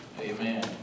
Amen